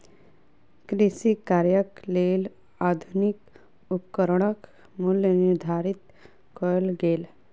कृषि कार्यक लेल आधुनिक उपकरणक मूल्य निर्धारित कयल गेल